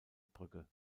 brügge